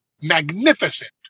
magnificent